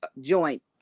joint